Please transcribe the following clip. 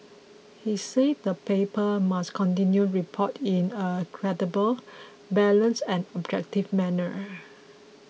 he said the paper must continue report in a credible balanced and objective manner